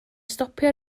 stopio